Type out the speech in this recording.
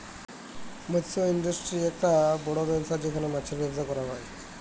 মৎস ইন্ডাস্ট্রি আককটা বড় ব্যবসা যেখালে মাছের ব্যবসা ক্যরা হ্যয়